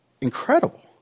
incredible